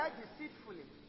deceitfully